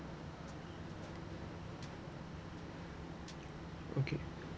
okay